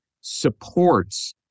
supports